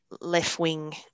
left-wing